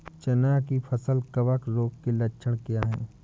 चना की फसल कवक रोग के लक्षण क्या है?